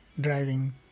driving